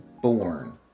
born